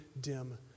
dim